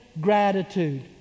gratitude